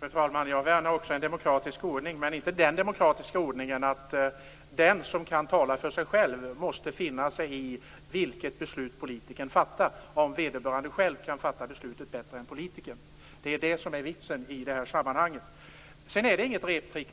Fru talman! Jag värnar också en demokratisk ordning, men inte den demokratiska ordningen att den som kan tala för sig själv måste finna sig i det beslut som politikern fattar, även om vederbörande själv kan fatta beslutet bättre än politikern. Det är det som är vitsen i det här sammanhanget. Vårdgarantin är inget reptrick.